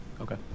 Okay